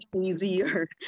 easier